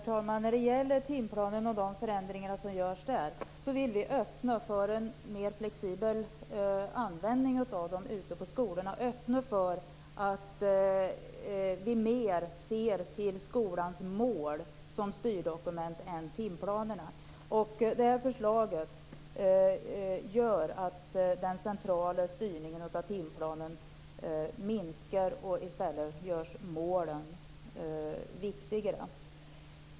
Herr talman! Anledningen till förändringarna i timplanen är att vi vill öppna för en mer flexibel användning av dem på skolorna och att vi mer skall se till skolans mål än använda timplanerna som styrdokument. Det här förslaget gör att den centrala styrningen av timplanen minskar. I stället blir målen viktigare.